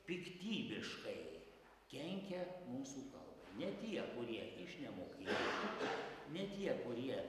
piktybiškai kenkia mūsų kalbai ne tie kurie iš nemokėjimo ne tie kurie